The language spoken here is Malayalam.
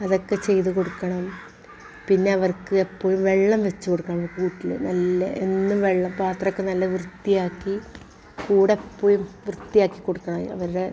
അതൊക്കെ ചെയ്ത് കൊടുക്കണം പിന്നെ അവർക്ക് എപ്പോഴും വെള്ളം വെച്ച് കൊടുക്കണം കൂട്ടിൽ നല്ല എന്നും വെള്ളം പാത്രം ഒക്കെ നല്ല വൃത്തിയാക്കി കൂടെപ്പഴും വൃത്തിയാക്കി കൊടുക്കണം അവരുടെ